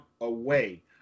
away